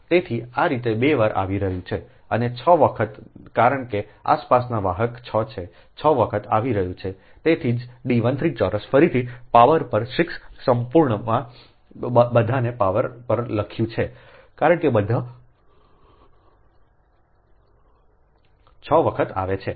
તેથી આ રીત બે વાર આવી રહી છે અને 6 વખત કારણ કે આસપાસના વાહક 6 છે6 વખત આવી રહ્યો છે તેથી જ D 13 ચોરસ ફરીથી પાવર પર 6 સંપૂર્ણ મેં બધાને પાવર પર લખ્યું છે 6 કારણ કે બધા 6 વખત આવે છે